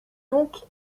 donc